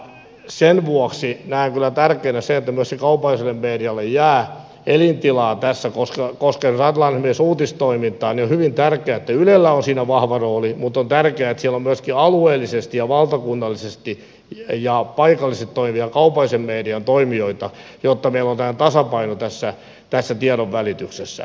sen vuoksi näen kyllä tärkeänä sen että myöskin kaupalliselle medialle jää elintilaa tässä koska jos ajatellaan esimerkiksi uutistoimintaa niin on hyvin tärkeää että ylellä on siinä vahva rooli mutta on tärkeää että siellä on myöskin alueellisesti ja valtakunnallisesti ja paikallisesti toimijoita kaupallisen median toimijoita jotta meillä on tämä tasapaino tässä tiedonvälityksessä